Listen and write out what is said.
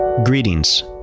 Greetings